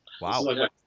Wow